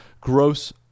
Gross